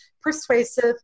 persuasive